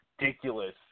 ridiculous